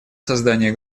создание